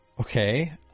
Okay